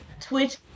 Twitch